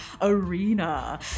arena